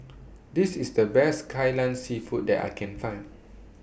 This IS The Best Kai Lan Seafood that I Can Find